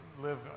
live